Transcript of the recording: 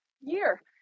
year